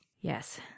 Yes